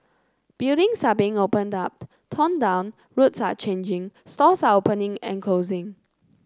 buildings are being opened up torn down roads are changing stores are opening and closing